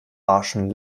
barschen